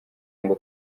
ngo